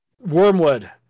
Wormwood